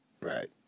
right